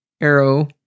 arrow